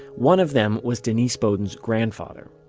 one of them was denise beaudin's grandfather.